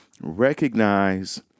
recognize